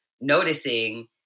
noticing